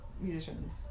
musicians